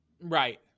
Right